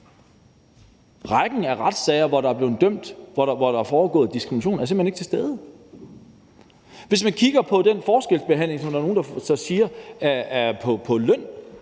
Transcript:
Rækken af retssager, hvor der er blevet dømt for, at der er foregået diskrimination, er simpelt hen ikke til stede. Hvis man kigger på den forskelsbehandling, som der er nogle der siger der er på løn,